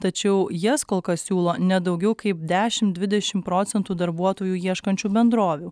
tačiau jas kol kas siūlo ne daugiau kaip dešim dvidešim procentų darbuotojų ieškančių bendrovių